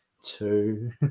two